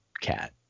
cat